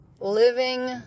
living